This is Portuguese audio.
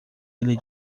ele